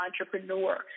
entrepreneur